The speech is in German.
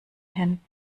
hin